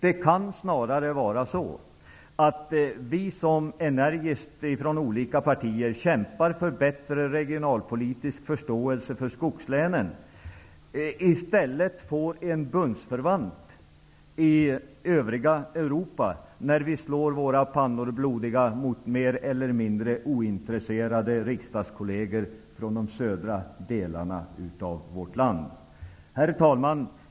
Det kan snarare vara så att vi som energiskt från olika partier kämpar för en bättre regionalpolitisk förståelse för skogslänen i stället får en bundsförvant i det övriga Europa, när vi slår våra pannor blodiga mot mer eller mindre ointresserade riksdagskolleger från de södra delarna av vårt land. Herr talman!